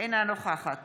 אינה נוכחת